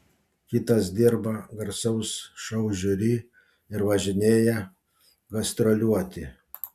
kitas dirba garsaus šou žiuri ir važinėja gastroliuoti